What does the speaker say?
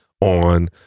on